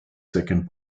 second